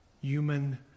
human